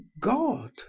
God